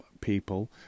people